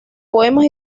poemas